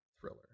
thriller